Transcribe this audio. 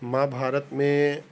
मां भारत में